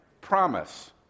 promise